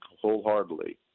wholeheartedly